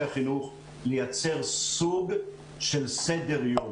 החינוך בתנאים מאוד קשים על-מנת לייצר סוג של סדר-יום.